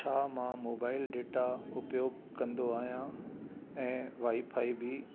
छा मां mobile data उपयोगु कंदो आहियां ऐं वाईफ़ाई बि